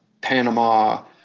Panama